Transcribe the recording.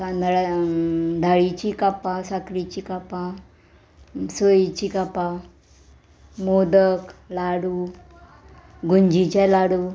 कांदळां दाळीचीं कापां साकरीचीं कापां सोयेचीं कापां मोदक लाडू गुंजीचें लाडू